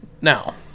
Now